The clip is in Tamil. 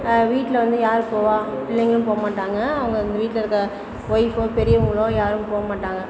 வீட்டில் வந்து யார் போவா பிள்ளைங்களும் போமாட்டாங்க அவங்க வீட்டில் இருக்க ஒய்ஃபோ பெரியவங்களும் யாரும் போகமாட்டாங்க